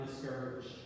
discouraged